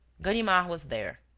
ganimard was there.